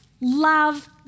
love